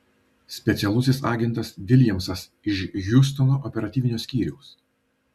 specialusis agentas viljamsas iš hjustono operatyvinio skyriaus